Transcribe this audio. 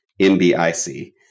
NBIC